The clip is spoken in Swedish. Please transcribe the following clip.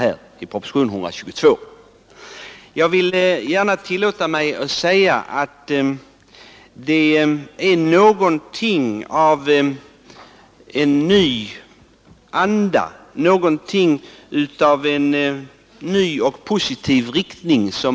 Man kan i den jordbrukspolitiska debatten och i de jordbrukspolitiska ställningstagandena skönja någonting av en ny anda, en ny och positiv riktning.